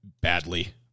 badly